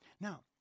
Now